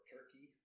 Turkey